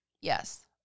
Yes